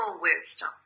wisdom